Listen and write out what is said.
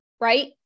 right